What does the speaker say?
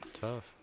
Tough